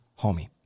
homie